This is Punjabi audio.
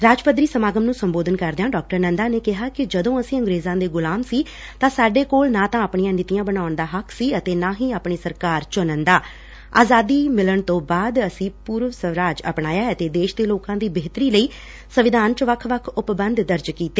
ਰਾਜ ਪੱਧਰੀ ਸਮਾਗਮ ਨੂੰ ਸੰਬੋਧਨ ਕਰਦਿਆਂ ਡਾ ਨੰਦਾ ਨੇ ਕਿਹਾ ਕਿ ਜਦੋਂ ਅਸੀ ਅੰਗਰੇਜ਼ਾਂ ਦੇ ਗੁਲਾਮ ਸੀ ਤਾਂ ਸਾਡੇ ਕੋਲ ਨਾ ਤਾਂ ਆਪਣੀਆਂ ਪਾਲਿਸੀਆਂ ਬਣਾਉਣ ਦਾ ਹੱਕ ਸੀ ਅਤੇ ਨਾ ਹੀ ਆਪਣੀ ਸਰਕਾਰ ਚੁਣਨ ਦਾ ਆਜ਼ਾਦੀ ਮਿਲਣ ਤੋਂ ਬਾਅਦ ਅਸੀ ਪੁਰਣ ਸਵਰਾਜ ਗਣਰਾਜ ਅਪਣਾਇਆ ਅਤੇ ਦੇਸ਼ ਦੇ ਲੋਕਾਂ ਦੀ ਬੇਹਤਰੀ ਲਈ ਸੰਵਿਧਾਨ ਚ ਵੱਖ ਵੱਖ ਉੱਪਬੰਧ ਦਰਜ ਕੀਤੇ